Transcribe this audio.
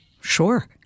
Sure